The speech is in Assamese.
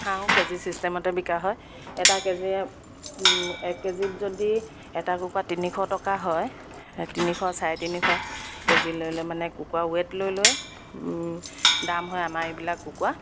হাঁহো কেজি চিষ্টেমতে বিকা হয় এটা কেজি এক কেজিত যদি এটা কুকুৰা তিনিশ টকা হয় তিনিশ চাৰে তিনিশ কেজি লৈ লৈ মানে কুকুৰা ৱেট লৈ লৈ দাম হয় আমাৰ এইবিলাক কুকুৰা